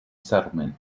settlement